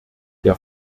der